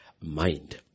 mind